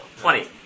Twenty